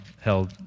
held